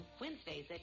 Wednesdays